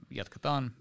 jatketaan